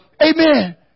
Amen